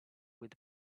with